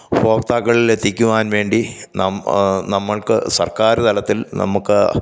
ഉപഭോക്താക്കളിൽ എത്തിക്കുവാൻ വേണ്ടി നമ്മൾക്ക് സർക്കാർ തലത്തിൽ നമുക്ക്